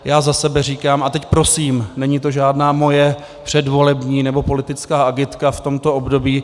Já za sebe říkám a teď prosím, není to žádná moje předvolební nebo politická agitka v tomto období.